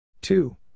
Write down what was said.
Two